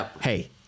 hey